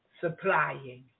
Supplying